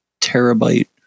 terabyte